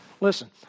Listen